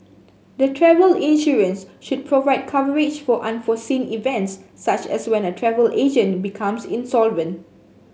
the travel insurance should provide coverage for unforeseen events such as when a travel agent becomes insolvent